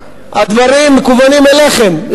הדברים מכוונים אליכם,